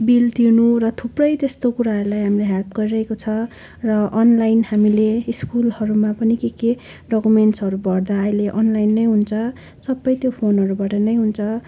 bill तिर्नु र थुप्रै त्यस्तो कुराहरूलाई हामीलाई हेल्प गरिरहेको छ र अनलाइन हामीले स्कुलहरूमा पनि के के डोकुमेन्ट्सहरू भर्दा अहिले अनलाइन नै हुन्छ सबै त्यो फोनहरूबाट नै हुन्छ